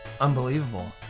unbelievable